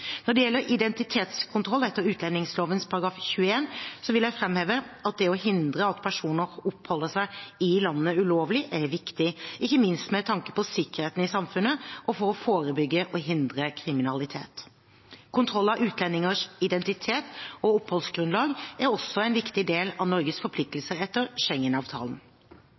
Når det gjelder identitetskontroll etter utlendingsloven § 21, vil jeg framheve at det å hindre at personer oppholder seg i landet ulovlig, er viktig, ikke minst med tanke på sikkerheten i samfunnet og for å forebygge og hindre kriminalitet. Kontroll av utlendingers identitet og oppholdsgrunnlag er også en viktig del av Norges forpliktelser etter